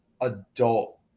adult